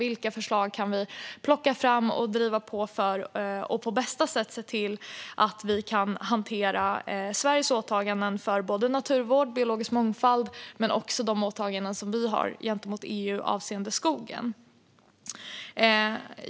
Vilka kan vi plocka fram och driva på för att på bästa sätt se till att kunna hantera Sveriges åtaganden för naturvård och biologisk mångfald, men också de åtaganden vi har gentemot EU avseende skogen?